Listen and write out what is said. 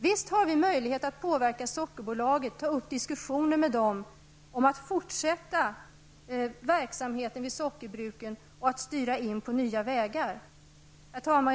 Visst har vi möjlighet att påverka Sockerbolaget, att ta upp diskussioner med bolaget om att fortsätta verksamheten vid sockerbruken och att styra in på nya vägar. Herr talman!